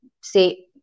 say